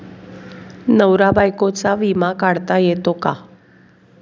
नवरा बायकोचा विमा काढता येतो का?